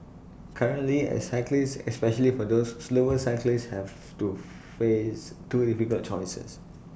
currently as cyclists especially for those slower cyclists have to face two difficult choices